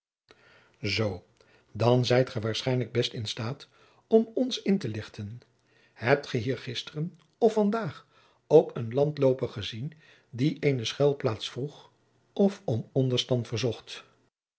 zoo dan zijt ge waarschijnlijk best in staat om ons in te lichten hebt ge hier gisteren of vandaag ook een landlooper gezien die eene schuilplaats vroeg of om onderstand verzocht